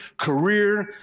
career